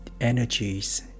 energies